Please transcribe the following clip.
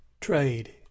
trade